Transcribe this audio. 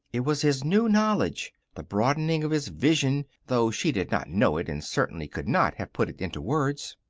it was his new knowledge, the broadening of his vision, though she did not know it and certainly could not have put it into words.